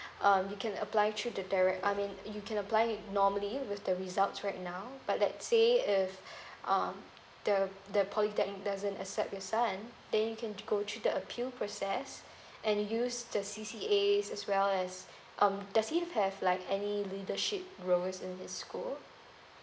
um you can apply through the direct I mean you can apply it normally with the results right now but let say if um the the polytechnic doesn't accept your son then you can go through the appeal process and use the C_C_As as well as um does he have like any leadership roles in his school